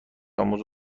آموز